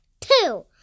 two